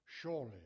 Surely